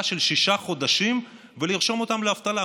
של שישה חודשים ולרשום אותם לאבטלה.